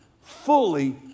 fully